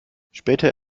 später